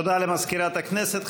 תודה למזכירת הכנסת.